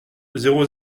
zéro